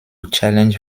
challenge